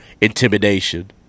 intimidation